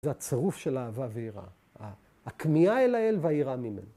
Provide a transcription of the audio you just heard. ‫זה הצירוף של אהבה ויראה. ‫הכמיהה אל האל והיראה ממנו.